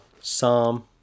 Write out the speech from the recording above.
Psalm